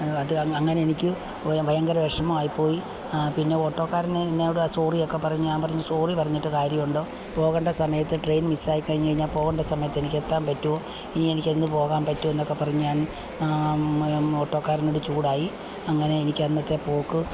അത് അങ്ങനെ എനിക്ക് ഭയങ്കര വിഷമം ആയിപ്പോയി പിന്നെ ഓട്ടോക്കാരൻ എന്നോട് സോറി ഒക്കെ പറഞ്ഞു ഞാൻ പറഞ്ഞു സോറി പറഞ്ഞിട്ട് കാര്യമുണ്ടോ പോകേണ്ട സമയത്ത് ട്രെയിൻ മിസ്സ് ആയിക്കഴിഞ്ഞ് കഴിഞ്ഞാൽ പോകേണ്ട സമയത്ത് എനിക്ക് എത്താൻ പറ്റുമോ ഇനി എനിക്ക് എന്ന് പോകാൻ പറ്റും എന്നൊക്കെ പറഞ്ഞ് ഞാൻ ഓട്ടോക്കാരനോട് ചൂടായി അങ്ങനെ എനിക്ക് അന്നത്തെ പോക്ക്